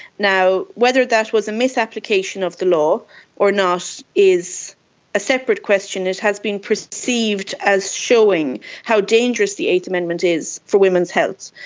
whether that was a misapplication of the law or not is a separate question. it has been perceived as showing how dangerous the eighth amendment is for women's health.